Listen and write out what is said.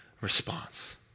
response